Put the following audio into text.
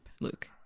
Luke